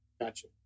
Gotcha